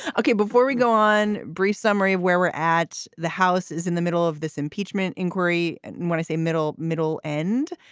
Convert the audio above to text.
ok, before we go on. brief summary of where we're at. the house is in the middle of this impeachment inquiry. and and what is a middle, middle end?